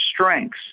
strengths